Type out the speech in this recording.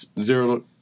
zero